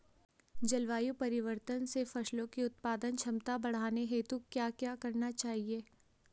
जलवायु परिवर्तन से फसलों की उत्पादन क्षमता बढ़ाने हेतु क्या क्या करना चाहिए?